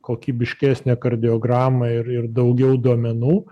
kokybiškesnė kardiograma ir ir daugiau duomenų